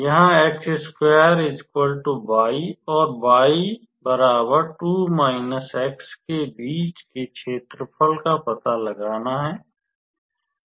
यहाँ और y 2 x के बीच के क्षेत्रफल का पता लगाना है